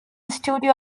studio